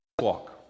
walk